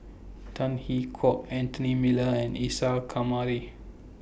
Tan Hwee Hock Anthony Miller and Isa Kamari